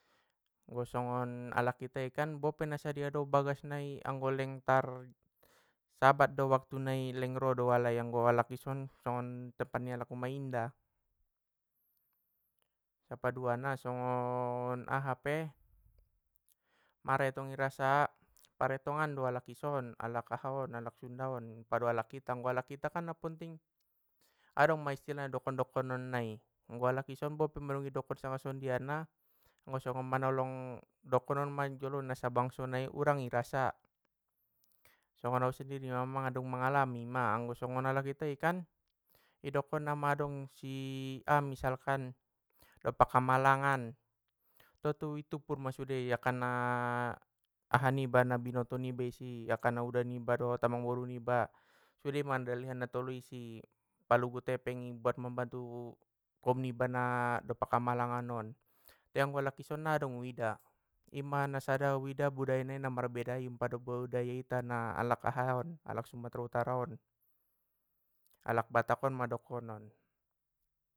Anggo songon alak itai kan bope na sadia do bagas nai anggo leng na tarsabat do waktunai leng ro do alai, anggo alak i son songon depan ni alak umak indah, napadaua na songon aha pe, maretong i rasa? Paretongan do alak i son alak aha on alak sunda on, pado alak ita anggo alak ita na potting adong ma istilahna dokon dokonan nai, anggo alak i son bope mandung i dokon sanga songondiana, anggo songon manolong dokononna ma jolo nasabangso nai urang i rasa! Songon au sendiri ma mandung mangalami ma anggo songon alak itai kan, idokonna ma kan dong sia a misalkan, dompak hamalangan, tontu i tuppur ma sude i akkana aha niba na binoto niba isi akkana uda niba dohot amangboru niba sudema dalihan na tolu i si palugut epeng i buat mambantu, koum niba na dompak hamalangan on, te anggo alak i son nga adong uida ima na sada uida budayai na marbeda pado budaya nita alak aha on alak sumatara utara on alak batak on ma dokonon.